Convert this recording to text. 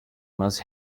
must